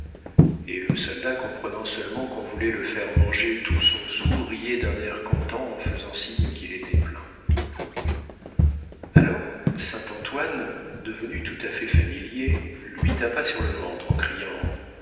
et le soldat comprenant seulement qu'on voulait le faire manger tout son saoul riait d'un air content en faisant signe qu'il était plein alors saint-antoine devenu tout à fait familier lui tapa sur le ventre en criant